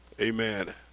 Amen